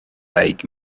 like